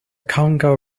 congo